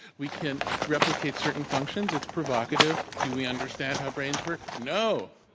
we can replicate certain functions. it's provocative. do we understand how brains work? no.